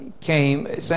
came